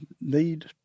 need